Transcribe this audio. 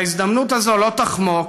שההזדמנות הזאת לא תחמוק,